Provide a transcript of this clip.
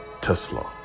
Tesla